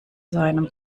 seinem